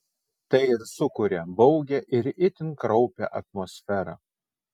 tai ir sukuria baugią ir itin kraupią atmosferą